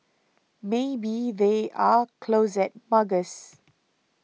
maybe they are closet muggers